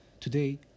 Today